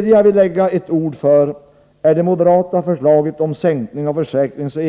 Jag vill vidare lägga ett ord för det moderata förslaget om sänkning av försäkringsoch